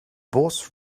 boss